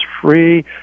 free